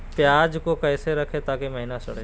प्याज को कैसे रखे ताकि महिना सड़े?